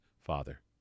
Father